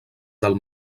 del